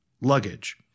luggage